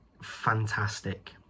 fantastic